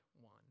one